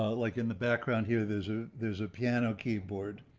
ah like in the background, here, there's a, there's a piano keyboard.